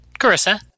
Carissa